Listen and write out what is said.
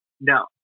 no